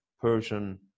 Persian